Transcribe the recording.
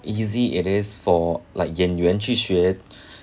easy it is for like 演员去学